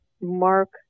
mark